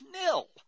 nil